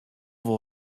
wol